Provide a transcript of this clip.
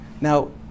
Now